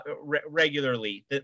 regularly